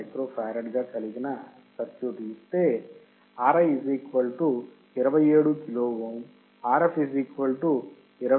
047 microfarad గా కలిగిన circuit ఇస్తే Ri 27 kilo ohm Rf 20 kilo ఓం